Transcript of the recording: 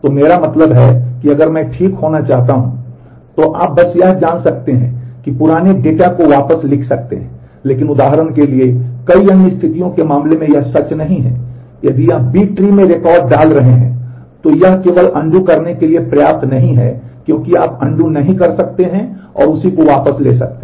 तो मेरा मतलब है कि अगर मैं ठीक होना चाहता हूं तो आप बस यह जान सकते हैं कि आप पुराने डेटा को वापस लिख सकते हैं लेकिन उदाहरण के लिए कई अन्य स्थितियों के मामले में यह सच नहीं है यदि आप बी ट्री नहीं कर सकते और उसी को वापस ले सकते हैं